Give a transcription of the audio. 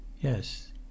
Yes